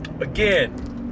Again